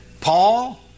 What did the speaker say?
Paul